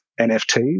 NFTs